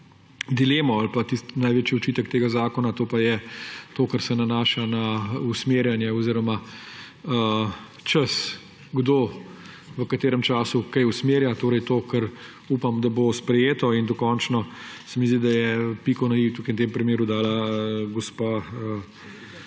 dilemo ali pa tisti največji očitek tega zakona, ki se nanaša na usmerjanje oziroma čas, kdo v katerem času kaj usmerja. Torej to, kar upam, da bo sprejeto. Dokončno se mi zdi, da je piko na i tukaj v tem primeru dala gospa